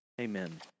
Amen